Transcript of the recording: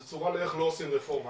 זה צורה לאיך לא עושים רפורמה.